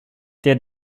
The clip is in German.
der